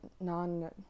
non